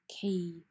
key